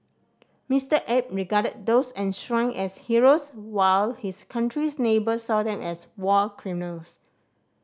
Mister Abe regarded those enshrined as heroes while his country's neighbours saw them as war criminals